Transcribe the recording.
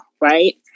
right